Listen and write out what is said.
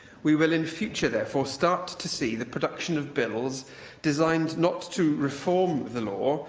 we will in future, therefore, start to see the production of bills designed not to reform the law,